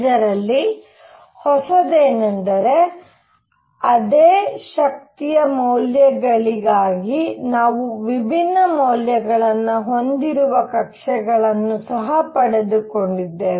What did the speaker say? ಇದರಲ್ಲಿ ಹೊಸದು ಏನೆಂದರೆ ಅದೇ ಶಕ್ತಿಯ ಮೌಲ್ಯಗಳಿಗಾಗಿ ನಾವು ವಿಭಿನ್ನ ಮೌಲ್ಯಗಳನ್ನು ಹೊಂದಿರುವ ಕಕ್ಷೆಗಳನ್ನು ಸಹ ಪಡೆದುಕೊಂಡಿದ್ದೇವೆ